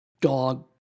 dog